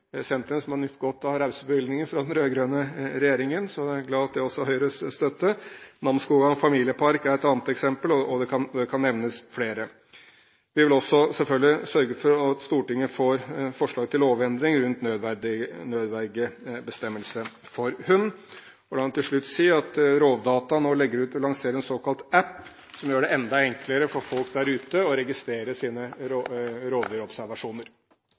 som ble nevnt her, er et av de sentrene som har nytt godt av rause bevilgninger fra den rød-grønne regjeringen. Jeg er glad for at det har også Høyres støtte. Namsskogan Familiepark er et annet eksempel, og det kan nevnes flere. Vi vil selvfølgelig også sørge for at Stortinget får forslag til lovendring rundt nødvergebestemmelsene for hund. La meg til slutt si at Rovdata nå legger ut og lanserer en såkalt app som gjør det enda enklere for folk der ute å registrere sine rovdyrobservasjoner.